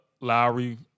Lowry